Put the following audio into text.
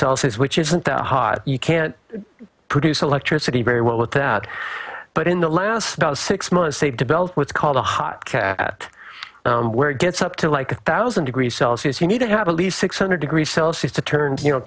celsius which isn't that hot you can't produce electricity very well with that but in the last six months they've developed what's called a hot cat where it gets up to like a thousand degrees celcius you need to have at least six hundred degree celsius to turn ou